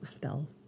bell